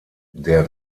der